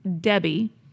Debbie